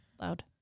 Loud